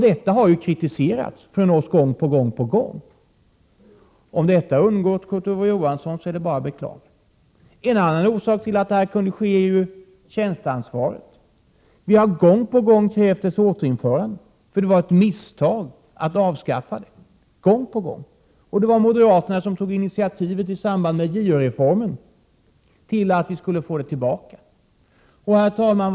Det har vi kritiserat gång på gång. Om detta har undgått Kurt Ove Johansson är det bara att beklaga. En annan orsak till att rymningen kunde ske är att tjänsteansvaret avskaffades. Vi moderater har gång på gång krävt ett återinförande, då det var ett misstag att avskaffa det. Det var moderaterna som i samband med JO-reformen tog initiativ till att det skulle återinföras. Vad har då hänt, herr talman?